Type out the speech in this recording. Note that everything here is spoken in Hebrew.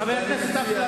חבר הכנסת אפללו.